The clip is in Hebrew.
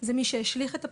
זה מי שהשליך את הפסולת,